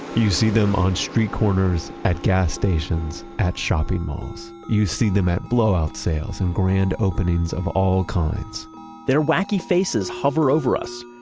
you see them on street corners, at gas stations, at shopping malls. you see them at blowout sales, and grand openings of all kinds their wacky faces hover over us,